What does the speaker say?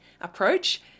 approach